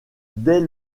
dès